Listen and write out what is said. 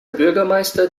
bürgermeister